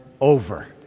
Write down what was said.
over